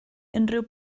unrhyw